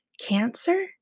Cancer